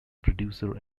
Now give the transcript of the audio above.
producer